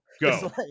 Go